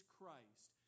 Christ